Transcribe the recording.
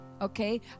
okay